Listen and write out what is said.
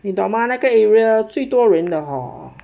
你懂吗那个 area 最多人的 hor